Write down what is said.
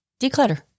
Declutter